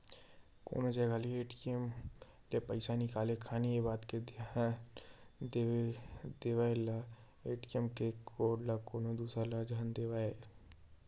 कोनो जगा के ए.टी.एम ले पइसा निकालत खानी ये बात के जरुर धियान देवय के ए.टी.एम के कोड ल कोनो दूसर झन देखय